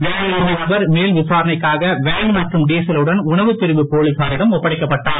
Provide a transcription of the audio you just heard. வேனில் இருந்த நபர் மேல் விசாரணைக்காக வேன் மற்றும் டீசலுடன் உணவு பிரிவு போலீசாரிடம் ஒப்படைக்கப்பட்டார்